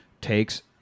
takes